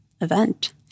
event